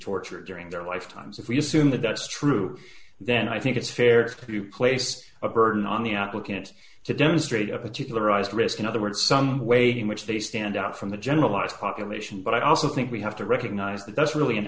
tortured during their lifetimes if we assume that that's true then i think it's fair to place a burden on the applicant to demonstrate a particular us risk in other words some way in which they stand out from the generalized population but i also think we have to recognize that that's really an